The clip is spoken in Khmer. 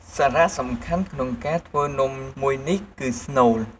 សារៈសំខាន់ក្នុងការធ្វើនំមួយនេះគឺ ស្នូល។